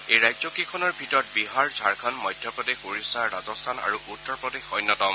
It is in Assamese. এই ৰাজ্যকেইখনৰ ভিতৰত বিহাৰ ঝাৰখণ্ড মধ্যপ্ৰদেশ ওড়িশা ৰাজস্থান আৰু উত্তৰপ্ৰদেশ অন্যতম